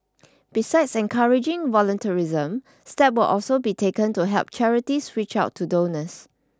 besides encouraging volunteerism steps will also be taken to help charities reach out to donors